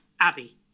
Abby